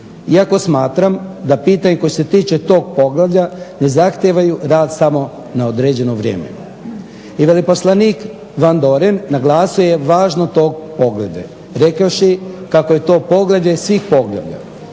Iako smatram da pitanja koje se tiče tog poglavlja ne zahtijevaju rad samo na određeno vrijeme. I veleposlanik Vandoren naglasio je važnost tog poglavlja rekavši kako je to poglavlje svih poglavlja